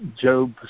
Job